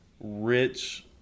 rich